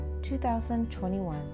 2021